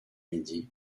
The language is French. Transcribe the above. midi